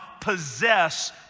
possess